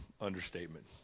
understatement